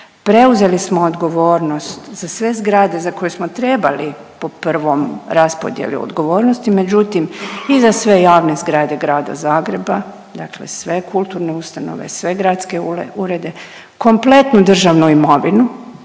preuzeli smo odgovornost za sve zgrade za koje smo trebali po prvom raspodijeli odgovornosti, međutim i za sve javne zgrade Grada Zagreba, dakle sve kulturne ustanove, sve gradske urede kompletnu državnu imovinu,